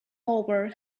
hoover